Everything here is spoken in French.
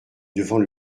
devant